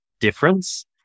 difference